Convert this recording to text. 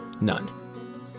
none